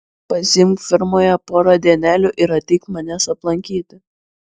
pasiimk firmoje porą dienelių ir ateik manęs aplankyti